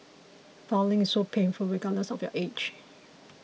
filing is so painful regardless of your age